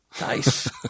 Nice